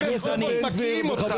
ברחובות מקיאים אותך.